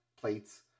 plates